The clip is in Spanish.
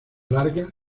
larga